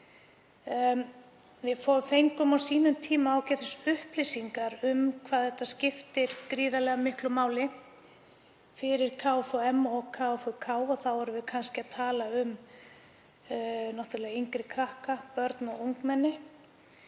Við fengum á sínum tíma ágætisupplýsingar um hvað þetta skiptir gríðarlega miklu máli fyrir KFUM og KFUK og þá erum við kannski að tala um yngri krakka, börn og ungmenni.